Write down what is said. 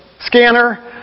scanner